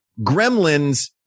gremlins